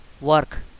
work